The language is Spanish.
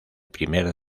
primer